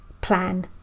Plan